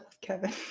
Kevin